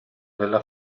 della